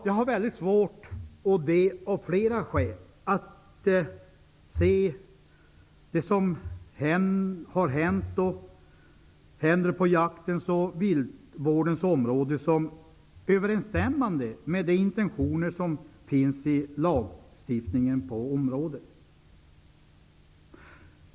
Jag har mycket svårt, av flera skäl, att se det som händer på jaktens och viltvårdens område som överensstämmande med de intentioner som finns i lagstiftningen på området.